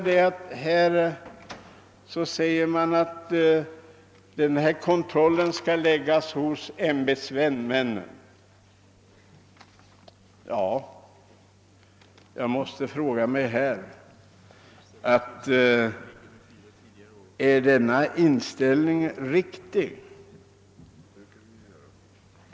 Det framhålles att kontrollen skall åläggas ämbetsmännen men jag frågar mig, om denna inställning är riktig.